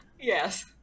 Yes